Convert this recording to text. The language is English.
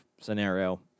scenario